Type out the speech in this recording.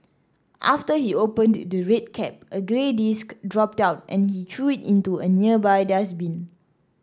after he opened the red cap a grey disc dropped out and he threw it into a nearby dustbin